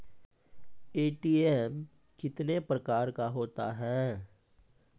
ATM कितने प्रकार का होता हैं?